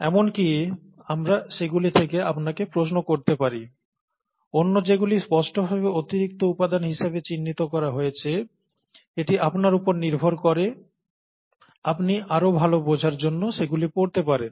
এমনকি আমরা সেগুলি থেকে আপনাকে প্রশ্ন করতে পারি অন্য যেগুলি স্পষ্টভাবে অতিরিক্ত উপাদান হিসাবে চিহ্নিত করা হয়েছে এটি আপনার উপর নির্ভর করে আপনি আরও ভাল বোঝার জন্য সেগুলি পড়তে পারেন